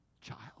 child